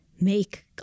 make